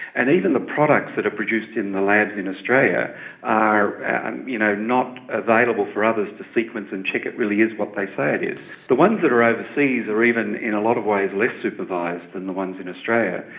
and even the products that are produced in the labs in australia are and you know not available for others to sequence and check it really is what they say it is. the ones that are overseas are even in a lot of ways less supervised than the ones in australia,